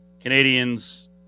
Canadians